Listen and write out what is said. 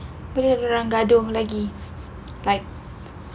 pilih orang gaduh lagi like